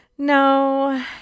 No